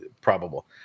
probable